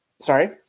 Sorry